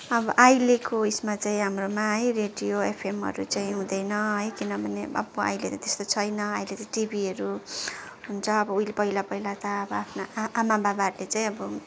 अब अहिलेको उयसमा चाहिँ हाम्रोमा है रेडियो एफएमहरू चाहिँ हुँदैन है किनभने अब अहिले त त्यस्तो छैन अहिले त टिभीहरू हुन्छ उहिले पहिला पहिला त अब आफ्ना आमा बाबाहरूले चाहिँ अब